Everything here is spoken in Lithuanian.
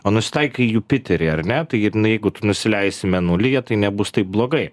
o nusitaikai į jupiterį ar ne tai jeigu tu nusileisi mėnulyje tai nebus taip blogai